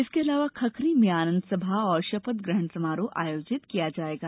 इसके अलावा खखरी में आनंद सभा और शपथग्रहण समारोह आयोजित किया जायेगा